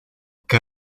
que